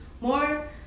more